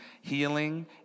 healing